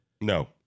No